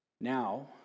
Now